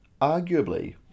Arguably